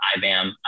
IBAM